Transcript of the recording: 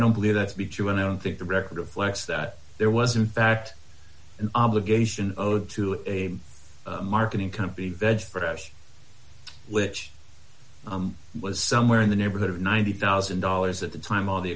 don't believe that to be true and i don't think the record reflects that there wasn't fact an obligation to a marketing company vege fresh which was somewhere in the neighborhood of ninety thousand dollars at the time all the